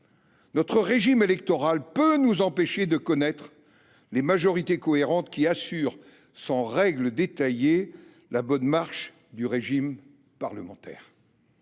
notre régime électoral [peut] nous empêche[r] de connaître les majorités cohérentes qui assurent, sans règles détaillées, la bonne marche du régime parlementaire